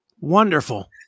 Wonderful